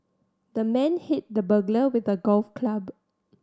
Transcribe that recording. the man hit the burglar with a golf club